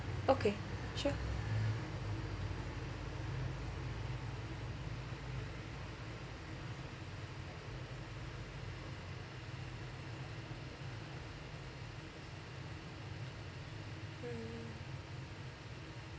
okay sure hmm